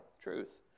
truth